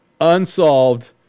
unsolved